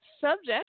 subject